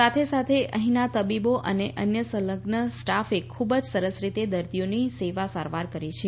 સાથે સાથે અહીંના તબીબો અને અન્ય સંલગ્ન સ્ટાફે ખુબ સરસ રીતે દર્દીઓની સેવા સારવાર કરી છે